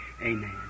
Amen